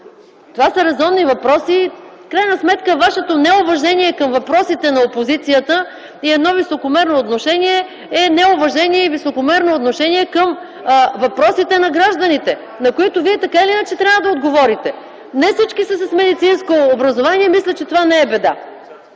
Това са резонни въпроси. В крайна сметка вашето неуважение към въпросите на опозицията и едно високомерно отношение е неуважение и високомерно отношение към въпросите на гражданите, на които вие, така или иначе, трябва да отговорите. Не всички са с медицинско образование. Мисля, че това не е беда.